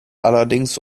allerdings